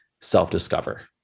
self-discover